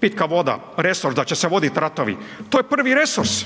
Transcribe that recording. Pitka voda, resor da će se voditi ratovi. To je prvi resurs.